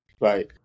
Right